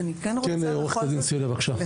עו"ד סלע, בבקשה.